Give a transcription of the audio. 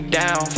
down